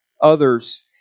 others